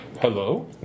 Hello